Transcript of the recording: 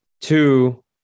Two